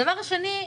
דבר שני,